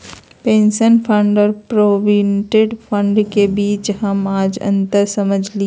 pension fund और provident fund के बीच हम आज अंतर समझलियै